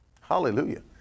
hallelujah